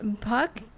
Puck